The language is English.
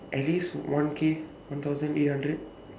at least one K one thousand eight hundred